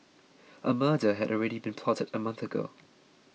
a murder had already been plotted a month ago